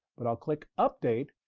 but i'll click update,